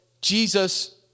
Jesus